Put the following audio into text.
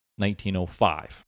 1905